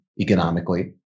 economically